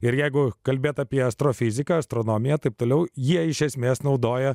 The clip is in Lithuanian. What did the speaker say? ir jeigu kalbėti apie astrofiziką astronomiją taip toliau jie iš esmės naudoja